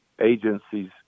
agencies